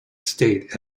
estate